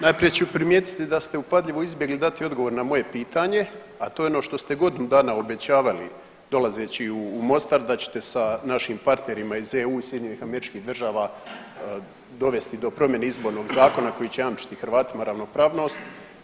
Najprije ću primijetiti da ste upadljivo izbjegli dati odgovor na moje pitanje, a to je ono što ste godinu dana obećavali dolazeći u Mostar, da ćete sa našim partnerima iz EU i SAD-a dovesti do promjene Izbornog zakona koji će jamčiti Hrvatima ravnopravnost.